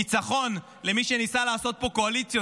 ניצחון למי שניסה לעשות פה קואליציות